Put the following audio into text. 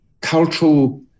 cultural